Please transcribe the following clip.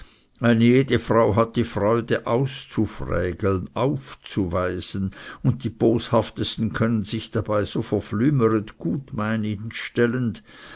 eine jede frau hat die freude auszufrägeln aufzuweisen und die boshaftesten können sich dabei so verflümeret gutmeinend stellen